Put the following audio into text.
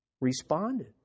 Responded